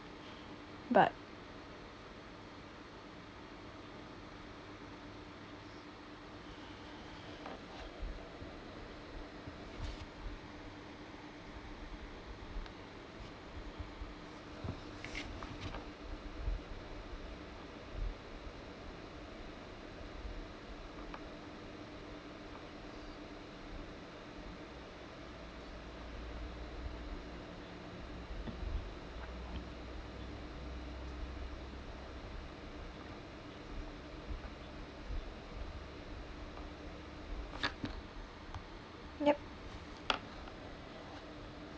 but yup